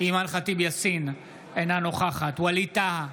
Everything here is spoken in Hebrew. אימאן ח'טיב יאסין, אינה נוכחת ווליד טאהא,